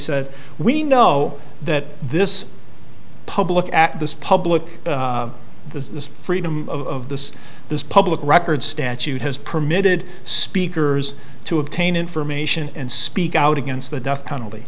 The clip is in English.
said we know that this public act this public the freedom of this this public record statute has permitted speakers to obtain information and speak out against the death penalty